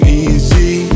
easy